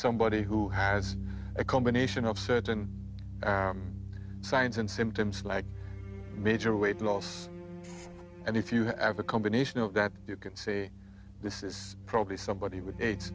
somebody who has a combination of certain signs and symptoms like major weight loss and if you have a combinational that you can say this is probably somebody wit